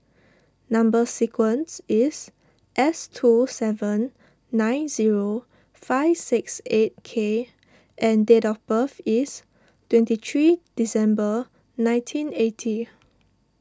Number Sequence is S two seven nine zero five six eight K and date of birth is twenty three December nineteen eighty